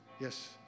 yes